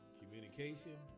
communication